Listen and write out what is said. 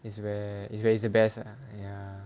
it's where it's where is the best ah ya